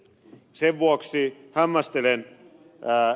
sen vuoksi hämmästelen ed